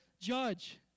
judge